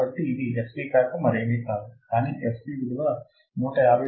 కాబట్టి ఇది fc కాక మరేమీ కాదు కానీ fc విలువ 159